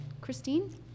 Christine